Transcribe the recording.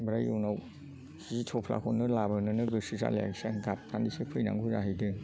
ओमफ्राय उनाव जि थ'फ्लाखौनो लाबोनो नो गोसो जालायासै आं गाबनानैसो फैनांगौ जाहैदों